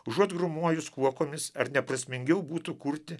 užuot grūmojus kuokomis ar ne prasmingiau būtų kurti